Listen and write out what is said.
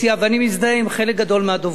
ואני מזדהה עם חלק גדול מהדוברים.